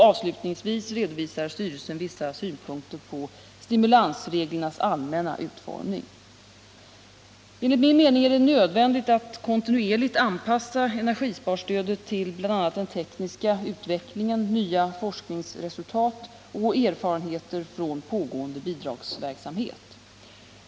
Avslutningsvis redovisar styrelsen vissa synpunkter på stimulansreglernas allmänna utformning. Enligt min mening är det nödvändigt att kontinuerligt anpassa energisparstödet till bl.a. den tekniska utvecklingen, nya forskningsresultat och erfarenheter från pågående bidragsverksamhet.